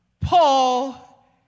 Paul